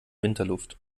winterluft